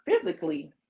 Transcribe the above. physically